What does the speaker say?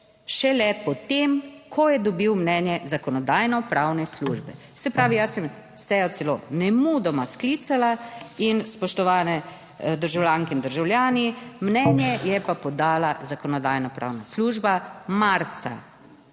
šele potem, ko je dobil mnenje Zakonodajno-pravne službe." Se pravi, jaz sem sejo celo nemudoma sklicala in spoštovani državljanke in državljani, mnenje je pa podala Zakonodajno-pravna služba marca